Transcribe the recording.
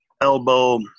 elbow